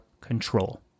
control